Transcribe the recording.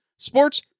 Sports